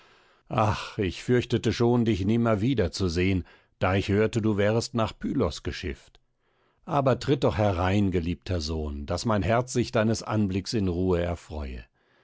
ach ich fürchtete schon dich nimmer wieder zu sehen da ich hörte du wärest nach pylos geschifft aber tritt doch herein geliebter sohn daß mein herz sich deines anblicks in ruhe erfreue